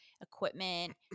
equipment